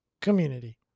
community